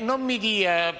non mi dia